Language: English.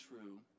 true